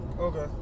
Okay